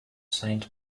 saint